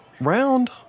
round